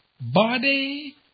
body